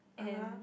and